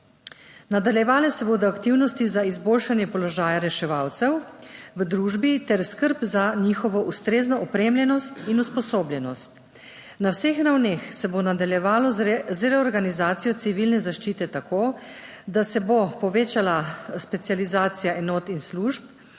Nadaljevale se bodo aktivnosti za izboljšanje položaja reševalcev v družbi ter skrb za njihovo ustrezno opremljenost in usposobljenost. Na vseh ravneh se bo nadaljevalo z reorganizacijo civilne zaščite tako, da se bo povečala specializacija enot in služb,